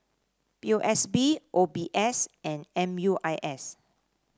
P O S B O B S and M U I S